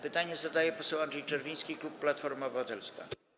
Pytanie zadaje poseł Andrzej Czerwiński, klub Platforma Obywatelska.